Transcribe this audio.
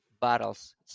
battles